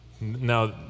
Now